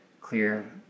clear